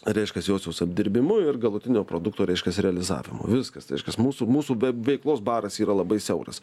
ar reiškias josios apdirbimu ir galutinio produkto reiškias realizavimu viskas reiškias mūsų mūsų veiklos baras yra labai siauras